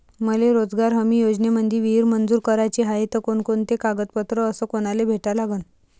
मले रोजगार हमी योजनेमंदी विहीर मंजूर कराची हाये त कोनकोनते कागदपत्र अस कोनाले भेटा लागन?